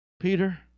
Peter